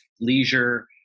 leisure